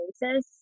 basis